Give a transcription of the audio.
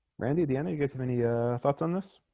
randi, deanna, you guys have any ah thoughts on this?